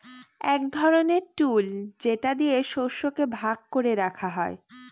এক ধরনের টুল যেটা দিয়ে শস্যকে ভাগ করে রাখা হয়